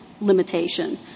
limitation